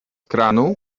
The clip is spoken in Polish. kranu